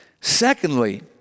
Secondly